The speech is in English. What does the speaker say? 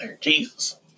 Jesus